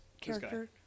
character